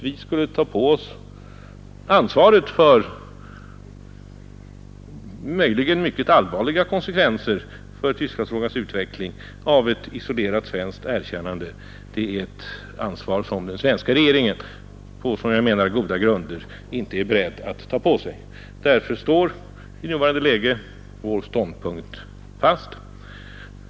Vi skulle ta på oss ansvaret för möjligen mycket allvarliga konsekvenser för Tysklandsfrågans utveckling genom ett isolerat svenskt erkännande. Det är ett ansvar som den svenska regeringen på, som jag menar, goda grunder inte är beredd att ta på sig. Därför står i nuvarande läge vår ståndpunkt fast.